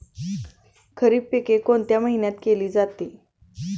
खरीप पिके कोणत्या महिन्यात केली जाते?